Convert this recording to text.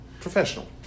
professional